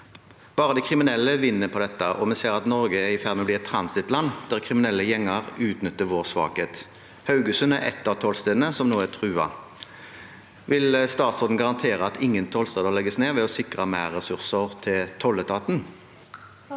Bare de kriminelle vinner på dette. Vi ser at Norge er et transittland, der kriminelle gjenger utnytter vår svakhet. Haugesund er ett av tollstedene som er truet. Vil statsråden garantere at ingen tollsteder legges ned, ved å sikre mer ressurser til Tolletaten?»